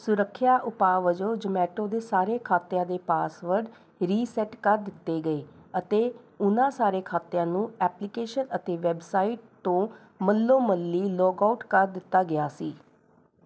ਸੁਰੱਖਿਆ ਉਪਾਅ ਵੱਜੋਂ ਜ਼ੋਮੈਟੋ ਦੇ ਸਾਰੇ ਖਾਤਿਆਂ ਦੇ ਪਾਸਵਰਡ ਰੀਸੈੱਟ ਕਰ ਦਿੱਤੇ ਗਏ ਅਤੇ ਉਨ੍ਹਾਂ ਸਾਰੇ ਖਾਤਿਆਂ ਨੂੰ ਐਪਲੀਕੇਸ਼ਨ ਅਤੇ ਵੈੱਬਸਾਈਟ ਤੋਂ ਮੱਲੋਮੱਲੀ ਲੌਗ ਆਊਟ ਕਰ ਦਿੱਤਾ ਗਿਆ ਸੀ